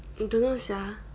I don't know sia